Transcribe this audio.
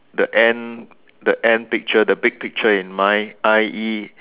the end the end picture the big picture in mind I_E